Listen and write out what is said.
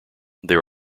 there